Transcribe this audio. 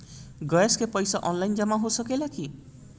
Gas के पइसा online जमा हो सकेला की?